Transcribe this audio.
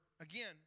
again